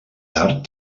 tard